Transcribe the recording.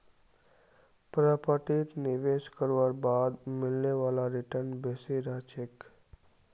प्रॉपर्टीत निवेश करवार बाद मिलने वाला रीटर्न बेसी रह छेक